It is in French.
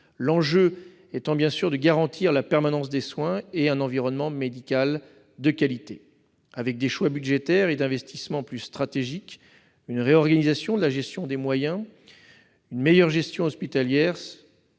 L'enjeu est de garantir la permanence des soins et d'assurer un environnement médical de qualité. Des choix budgétaires et des investissements plus stratégiques, une réorganisation de la gestion des moyens, une meilleure gestion hospitalière,